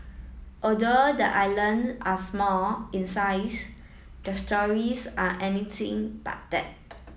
although the island are small in size their stories are anything but that